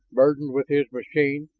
burdened with his machine,